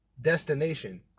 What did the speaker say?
destination